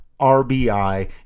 RBI